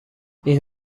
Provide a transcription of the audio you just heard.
این